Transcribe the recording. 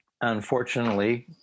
Unfortunately